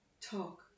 talk